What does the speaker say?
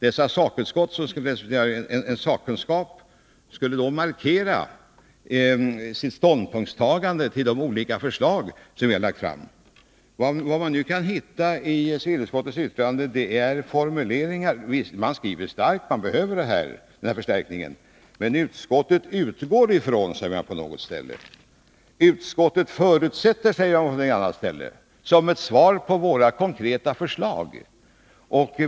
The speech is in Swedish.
Dessa fackutskott, som skulle representera en sakkunskap, skulle markera sitt ståndpunktstagande till de olika förslag som vi lagt fram. Man kan nu i civilutskottets betänkande hitta vissa starka formuleringar. Det framhålls att man behöver denna förstärkning. På ett ställe ser jag formuleringen ”utskottet utgår ifrån”. På annat ställe säger man som svar på våra konkreta förslag att ”utskottet förutsätter”.